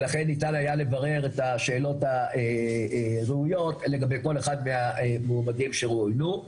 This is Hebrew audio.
ולכן ניתן היה לברר את השאלות הראויות לגבי כל אחד מהמועמדים שרואיינו,